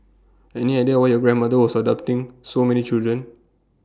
any idea why your grandmother was adopting so many children